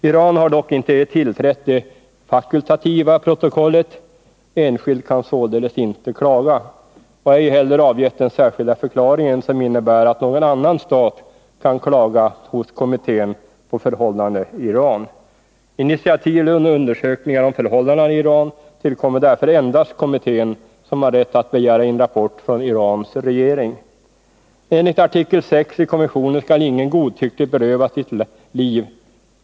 Iran har dock inte tillträtt det fakultativa protokollet — enskild kan således inte klaga — och ej heller avgett den särskilda förklaringen som innebär att någon annan stat kan klaga hos kommittén på förhållandena i Iran. Initiativ till undersökningar om förhållandena i Iran tillkommer därför endast kommittén som har rätt att begära in rapport från Irans regering. Enligt artikel 6 i konventionen skall ingen godtyckligt berövas sitt liv.